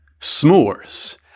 s'mores